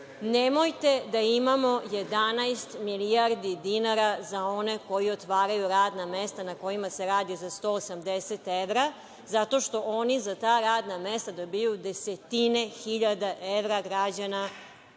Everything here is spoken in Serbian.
da imamo 11 milijardi dinara za one koji otvaraju radna mesta na kojima se radi za 180 evra, zato što oni za ta radna mesta dobijaju desetine hiljada evra građana